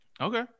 Okay